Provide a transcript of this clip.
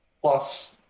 plus